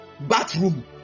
bathroom